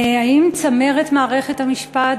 האם צמרת מערכת המשפט,